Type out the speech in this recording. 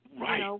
Right